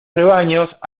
rebaños